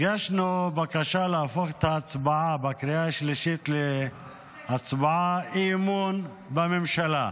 הגשנו בקשה להפוך את ההצבעה בקריאה השלישית להצבעת אי-אמון בממשלה.